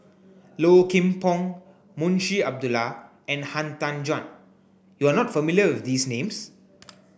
Low Kim Pong Munshi Abdullah and Han Tan Juan you are not familiar these names